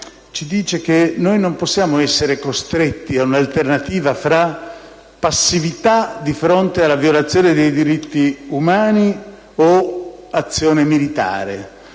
perché noi non possiamo essere costretti ad un'alternativa tra passività di fronte alla violazione dei diritti umani o azione militare.